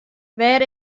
wêr